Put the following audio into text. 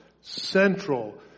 central